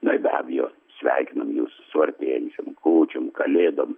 na ir be abejo sveikinam jus su artėjančiom kūčiom kalėdom